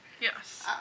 Yes